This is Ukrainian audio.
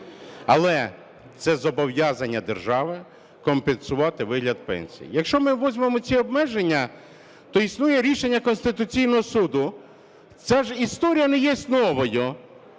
Але це зобов'язання держави компенсувати у вигляді пенсії. Якщо ми візьмемо ці обмеження, то існує рішення Конституційного Суду. Ця ж історія не є новою.